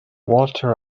walter